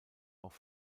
auch